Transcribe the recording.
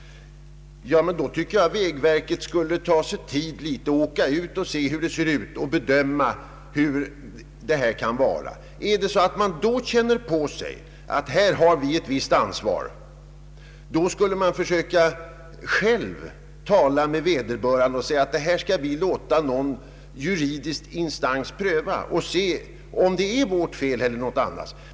Då tycker jag att vägverket skulle ta sig tid och åka ut och se hur det ser ut. Om man då känner på sig att man har ett visst ansvar härvidlag, då skulle man själv försöka tala med vederbörande och säga att man skall låta någon juridisk instans pröva saken och se om det är verkets fel eller någon annans.